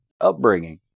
Upbringing